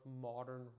modern